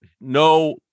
no